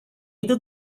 itu